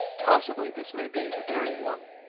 possibly this may be the very one.